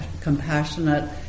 compassionate